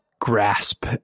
grasp